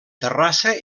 terrassa